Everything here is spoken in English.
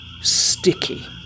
sticky